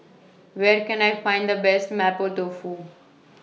Where Can I Find The Best Mapo Tofu